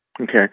Okay